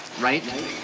Right